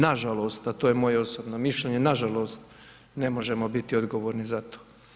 Nažalost a to je moje osobno mišljenje, nažalost ne možemo biti odgovorni za to.